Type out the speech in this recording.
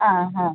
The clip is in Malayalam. ആ ഹാ